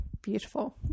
Beautiful